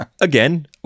Again